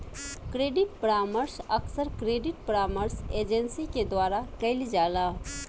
credit परामर्श अक्सर credit परामर्श एजेंसी के द्वारा कईल जाला